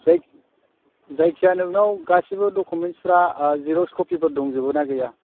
जाय जायखिजाया नोंनाव गासैबो डकुमेन्टसफ्रा जेरक्स कपिफोर दंजोबोना गैया